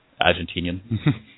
Argentinian